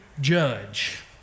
judge